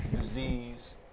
disease